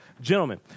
gentlemen